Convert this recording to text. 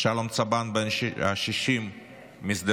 שלום צבאן בן ה-60 משדרות,